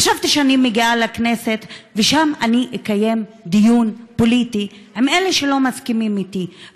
חשבתי שאני מגיעה לכנסת ושם אקיים דיון פוליטי עם אלה שלא מסכימים אתי,